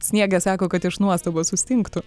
sniegė sako kad iš nuostabos sustingtų